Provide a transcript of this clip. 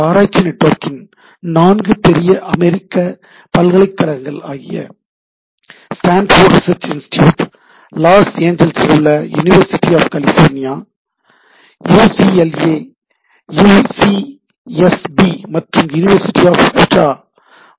இந்த ஆராய்ச்சி நெட்வொர்க்கில் நான்கு பெரிய அமெரிக்கப் பல்கலைக்கழகங்கள் ஆகிய ஸ்டான்ஃபோர்டு ரிசர்ச் இன்ஸ்டிடியூட் லாஸ் ஏஞ்சல்ஸில் உள்ள university of California UCLA UCSB மற்றும் யுனிவர்சிட்டி ஆப் உட்டா உள்ளன